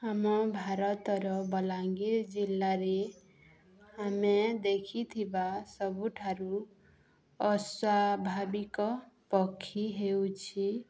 ଆମ ଭାରତର ବଲାଙ୍ଗୀର ଜିଲ୍ଲାରେ ଆମେ ଦେଖିଥିବା ସବୁଠାରୁ ଅସ୍ୱାଭାବିକ ପକ୍ଷୀ ହେଉଛି